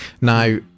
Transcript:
Now